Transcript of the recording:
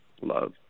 love